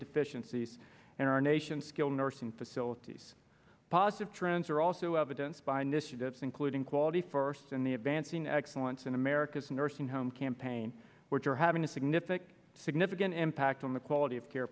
deficiencies in our nation's skilled nursing facilities positive trends are also evidence by initiatives including quality forests in the advancing excellence in america's nursing home campaign which are having a significant significant impact on the quality of care